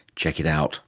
check it out